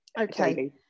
okay